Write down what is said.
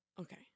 Okay